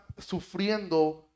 sufriendo